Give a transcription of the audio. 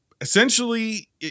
essentially